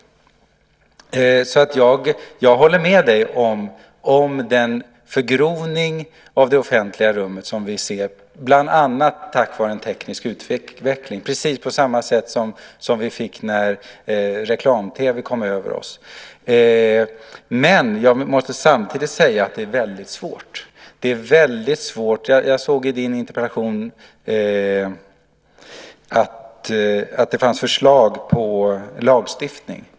Jag håller med Veronica Palm om den förgrovning av det offentliga rummet som vi ser bland annat på grund av den tekniska utvecklingen. Det är precis på samma sätt som när reklam-TV kom över oss. Men det är samtidigt väldigt svårt. Jag såg i din interpellation att det fanns förslag på lagstiftning.